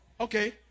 Okay